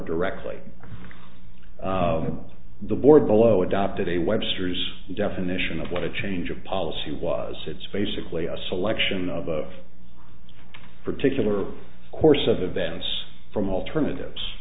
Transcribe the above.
directly the board below adopted a webster's definition of what a change of policy was it's basically a selection of a particular course of events from alternatives